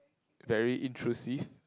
very intrusive